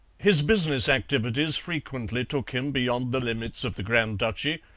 his business activities frequently took him beyond the limits of the grand duchy,